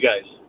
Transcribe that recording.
guys